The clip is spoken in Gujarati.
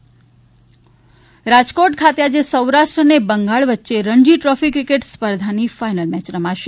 રણજી રાજકોટ રાજકોટ ખાતે આજે સૌરાષ્ટ્ર અને બંગાળ વચ્ચે રણજી ટ્રોફી ક્રિકેટ સ્પર્ધાની ફાઇનલ મેચ રમાશે